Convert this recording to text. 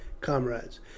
comrades